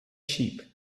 sheep